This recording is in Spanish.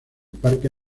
parque